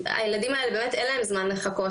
הילדים האלה, באמת, אין להם זמן לחכות.